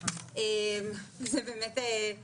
זה לא